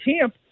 camp